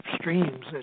streams